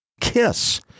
Kiss